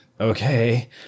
okay